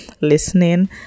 listening